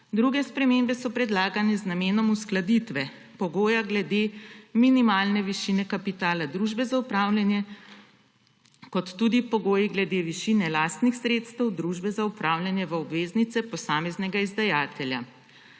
Druge spremembe so predlagane z namenom uskladitve pogoja glede minimalne višine kapitala družbe za upravljanje kot tudi pogoji glede višine lastnih sredstev družbe za upravljanje v obveznice posameznega izdajatelja.